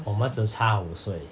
我们只差五岁